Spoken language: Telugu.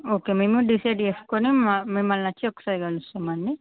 ఓకే మేము డిసైడ్ చేసుకొని మిమ్మల్ని వచ్చి ఒకసారి కలుస్తాము అండి